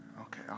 Okay